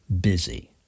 busy